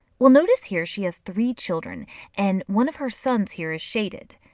well notice here she has three children and one of her sons here is shaded.